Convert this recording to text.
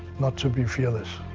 not to be fearless.